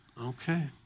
Okay